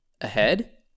ahead